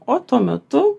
o tuo metu